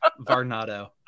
Varnado